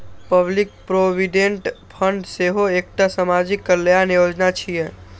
public provident fund सेहो एकटा सामाजिक कल्याण योजना छियै